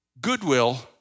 goodwill